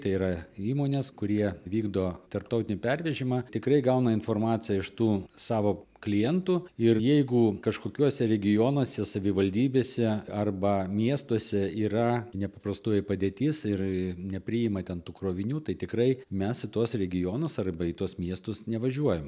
tai yra įmonės kurie vykdo tarptautinį pervežimą tikrai gauna informaciją iš tų savo klientų ir jeigu kažkokiuose regionuose savivaldybėse arba miestuose yra nepaprastoji padėtis ir nepriima ten tų krovinių tai tikrai mes tuos regionus arba į tuos miestus nevažiuojam